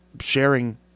sharing